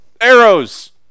Arrows